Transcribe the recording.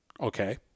Okay